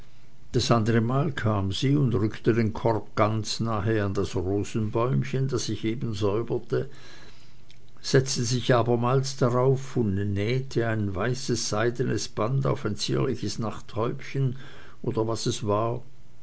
das andere mal kam sie und rückte den korb ganz nahe an das rosenbäumchen das ich eben säuberte setzte sich abermals darauf und nähete ein weißes seidenes band auf ein zierliches nachthäubchen oder was es war